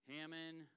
Hammond